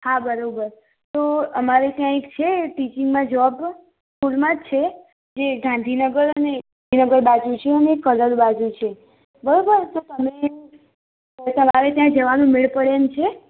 હા બરાબર તો અમારે ત્યાં એક છે ટીચિંગમાં જોબ સ્કૂલમાં જ છે જે ગાંધીનગર અને ગાંધીનગર બાજું છે અને કલોલ બાજું છે બરાબર તો તમે તમારે ત્યાં જવાનો મેળ પડે એમ છે